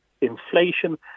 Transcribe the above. inflation